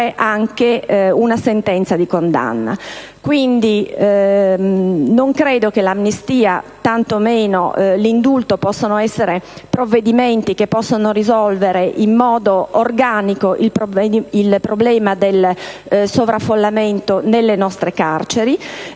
eludere una sentenza di condanna. Non credo quindi che l'amnistia, e tanto meno l'indulto, possano essere provvedimenti capaci di risolvere in modo organico il problema del sovraffollamento nelle nostre carceri.